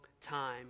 time